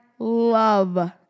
love